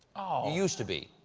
used to be.